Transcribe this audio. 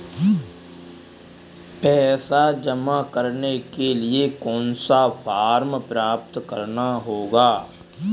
पैसा जमा करने के लिए कौन सा फॉर्म प्राप्त करना होगा?